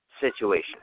situation